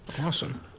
Awesome